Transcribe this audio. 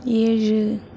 ஏழு